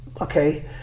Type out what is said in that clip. Okay